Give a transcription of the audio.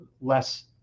less